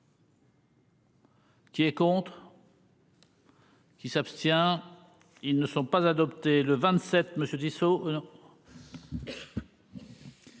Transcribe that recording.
Qui est pour. Qui s'abstient. Ils ne sont pas adopté le 27 monsieur Tissot.